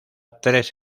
tres